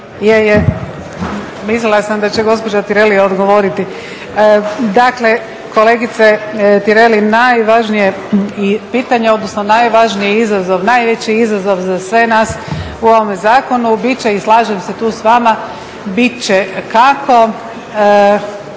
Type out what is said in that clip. Je, je. Mislila sam da će gospođa Tireli odgovoriti. Dakle, kolegice Tireli najvažnije pitanje odnosno najvažniji izazov, najveći izazov za sve nas u ovome zakonu bit će i slažem se tu s vama bit će kako